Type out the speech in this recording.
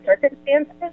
circumstances